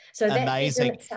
Amazing